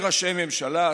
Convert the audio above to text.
ראשי ממשלה,